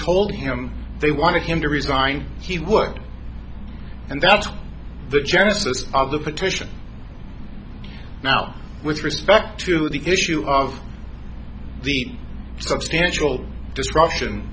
told him they wanted him to resign he would and that's the genesis of the petition now with respect to the issue of the substantial disruption